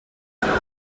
quatre